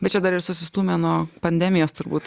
bet čia dar ir susistūmė nuo pandemijos turbūt